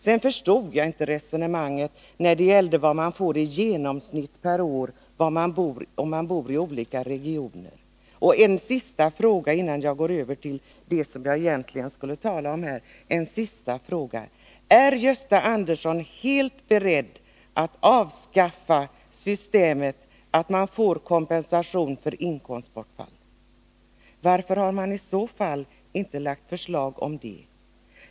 Jag förstod inte resonemanget när det gällde vad man får i genomsnitt från sjukförsäkringen per år om man bor i olika regioner. Ytterligare en fråga innan jag går över till det jag egentligen skall tala om: Är Gösta Andersson helt beredd att avskaffa systemet att man får kompensation för inkomstbortfall? Varför har man i så fall inte lagt fram förslag om det?